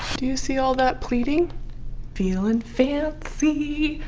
do you see all that pleading feel and fancy?